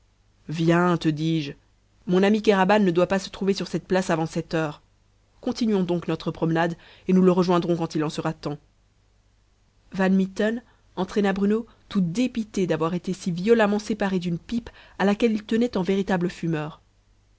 viens te dis-je mon ami kéraban ne doit pas se trouver sur cette place avant sept heures continuons donc notre promenade et nous le rejoindrons quand il en sera temps van mitten entraîna bruno tout dépité d'avoir été si violemment séparé d'une pipe à laquelle il tenait en véritable fumeur